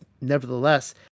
nevertheless